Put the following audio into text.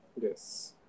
Yes